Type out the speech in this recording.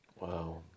Wow